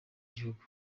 gihugu